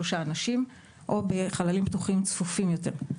אנשים או בחללים פתוחים צפופים יותר.